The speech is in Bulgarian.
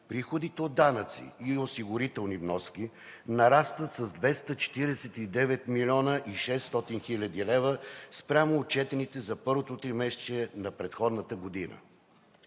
Приходите от данъци и осигурителни вноски нарастват с 249 млн. 600 хил. лв. спрямо отчетените за първото тримесечие на предходната година.